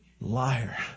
Liar